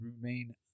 remain